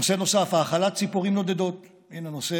נושא